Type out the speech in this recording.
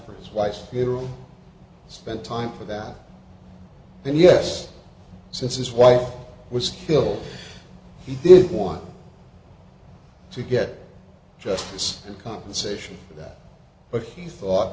for his wife's funeral spent time for that and yes since his wife was killed he did want to get justice and compensation for that but he thought